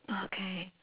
okay